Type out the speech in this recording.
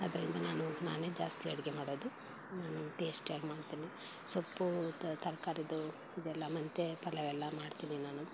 ಆದ್ದರಿಂದ ನಾನು ನಾನೇ ಜಾಸ್ತಿ ಅಡುಗೆ ಮಾಡೋದು ನಾನು ಟೇಸ್ಟಿಯಾಗಿ ಮಾಡ್ತೀನಿ ಸೊಪ್ಪು ತರಕಾರಿದು ಇದೆಲ್ಲ ಮೆಂತ್ಯ ಪಲಾವು ಎಲ್ಲ ಮಾಡ್ತೀನಿ ನಾನು